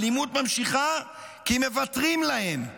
האלימות נמשכת כי מוותרים להם,